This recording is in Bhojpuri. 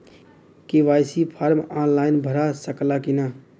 के.वाइ.सी फार्म आन लाइन भरा सकला की ना?